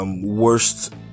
worst